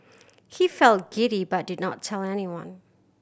he felt giddy but did not tell anyone